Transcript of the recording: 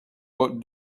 but